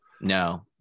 No